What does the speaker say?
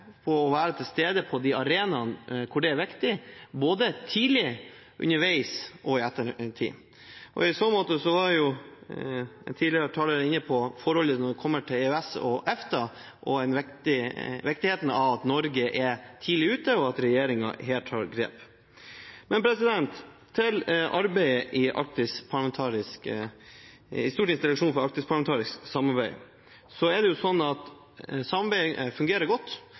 arbeidet og være til stede på de viktige arenaene, både tidlig, underveis og i ettertid. I så måte var en tidligere taler inne på forholdet til EØS og EFTA og viktigheten av at Norge er tidlig ute, og at regjeringen tar grep her. Til arbeidet i Stortingets delegasjon for arktisk parlamentarisk samarbeid: Samarbeidet fungerer godt,